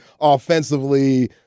offensively